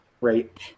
Right